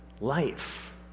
life